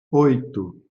oito